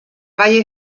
valle